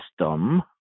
system